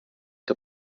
que